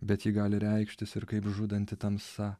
bet ji gali reikštis ir kaip žudanti tamsa